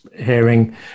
hearing